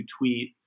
tweet